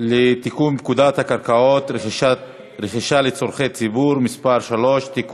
לתיקון פקודת הקרקעות (רכישה לצורכי ציבור) (מס' 3) (תיקון),